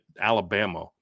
Alabama